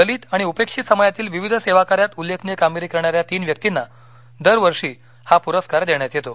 दलित उपेक्षित समाजातील विविध सेवाकार्यात उल्लेखनीय कामगिरी करणाऱ्या तीन व्यक्तींना दरवर्षी हा पुरस्कार देण्यात येतो